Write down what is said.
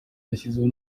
yashyizeho